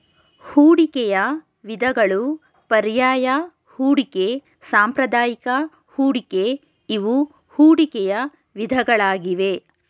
ಹೂಡಿಕೆಯ ವಿಧಗಳು ಪರ್ಯಾಯ ಹೂಡಿಕೆ, ಸಾಂಪ್ರದಾಯಿಕ ಹೂಡಿಕೆ ಇವು ಹೂಡಿಕೆಯ ವಿಧಗಳಾಗಿವೆ